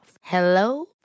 Hello